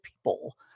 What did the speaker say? People*